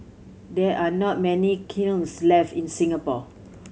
there are not many kilns left in Singapore